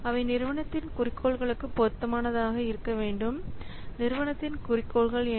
அவை நிறுவனத்தின் குறிக்கோள்களுக்கு பொருத்தமானதாக இருக்க வேண்டும் நிறுவனத்தின் குறிக்கோள்கள் என்ன